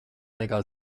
nekā